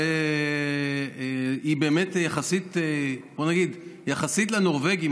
ויחסית לנורבגים,